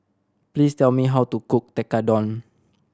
please tell me how to cook Tekkadon